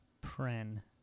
Pren